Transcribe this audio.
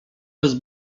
bez